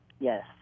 Yes